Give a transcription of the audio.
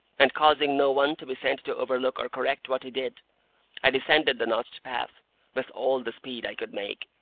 and causing no one to be sent to overlook or correct what he did i descended the notched path with all the speed i could make.